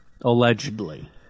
Allegedly